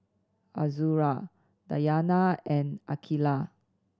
Azura Dayana and Aqeelah